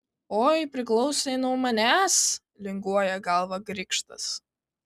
oi priklausė nuo manęs linguoja galvą grikštas